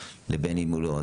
לבין אם הוא לא.